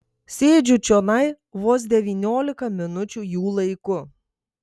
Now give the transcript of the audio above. sėdžiu čionai vos devyniolika minučių jų laiku